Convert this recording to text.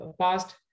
past